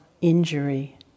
injury